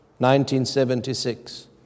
1976